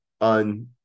on